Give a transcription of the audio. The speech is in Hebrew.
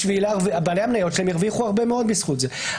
בעלי המניות שהם הרוויחו הרבה מאוד בזכות זה.